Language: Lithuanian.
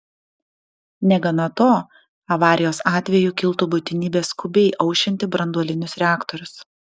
negana to avarijos atveju kiltų būtinybė skubiai aušinti branduolinius reaktorius